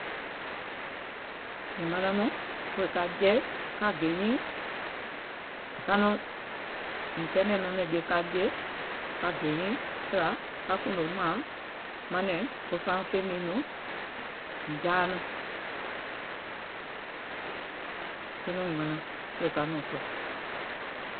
Mìŋ manaŋ nɔŋ kȧ jɛi ka gè nyiiŋ mìŋ kɛɛnɛ̀ŋ nɛŋje ka jè ka jɛi ka kùùnò mààŋ manɛ̀ŋ ko saaŋ feìŋ miŋ nɔŋ mìŋ jaa nɔŋ, tiŋ nɔŋ manaŋ wèè ka nɔ̀ŋ sùà.